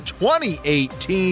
2018